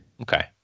Okay